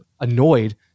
annoyed